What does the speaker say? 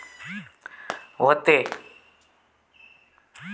व्हते